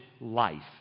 life